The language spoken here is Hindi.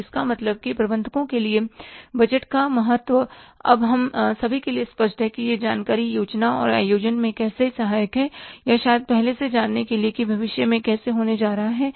तो मतलब की प्रबंधकों के लिए बजट का महत्व अब हम सभी के लिए स्पष्ट है कि यह जानकारी योजना और आयोजन में कैसे सहायक है या शायद पहले से जानने के लिए कि भविष्य में चीजें कैसे होने जा रही हैं